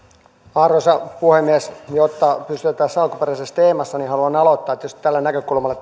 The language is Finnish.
arvoisa puhemies jotta pysytään tässä alkuperäisessä teemassa niin haluan aloittaa just tällä näkökulmalla